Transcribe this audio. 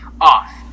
off